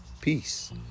Peace